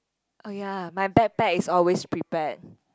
oh ya my backpack is always prepared